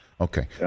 Okay